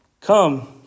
come